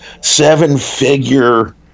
seven-figure